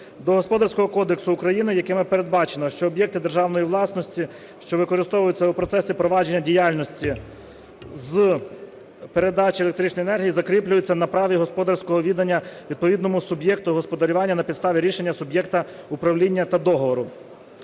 до Господарського кодексу України, якими передбачено, що об'єкти державної власності, що використовуються в процесі впровадження діяльності з передачі електричної енергії, закріплюються на праві господарського відання відповідному суб'єкту господарювання на підставі рішення суб'єкта управління та договору.